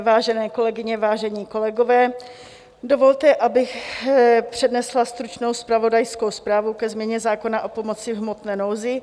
Vážené kolegyně, vážení kolegové, dovolte, abych přednesla stručnou zpravodajskou zprávu ke změně zákona o pomoci v hmotné nouzi.